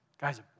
Guys